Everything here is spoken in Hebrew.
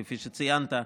כפי שציינת.